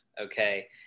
okay